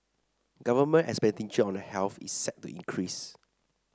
government expenditure on a health is set to increase